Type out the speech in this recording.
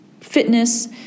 fitness